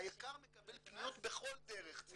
היק"ר מקבל פניות בכל דרך.